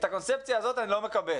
את הקונספציה הזאת אני לא מקבל.